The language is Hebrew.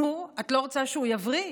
נו, את לא רוצה שהוא יבריא?